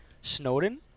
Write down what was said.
Snowden